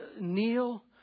kneel